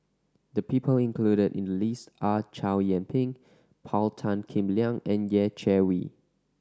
the people included in the list are Chow Yian Ping Paul Tan Kim Liang and Yeh Chi Wei